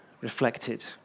reflected